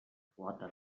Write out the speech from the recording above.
quota